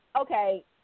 okay